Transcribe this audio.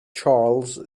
charles